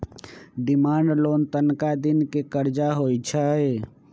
demand loan तनका दिन के करजा होइ छइ